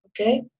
okay